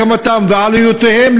הקמתם ועלויותיהם,